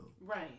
Right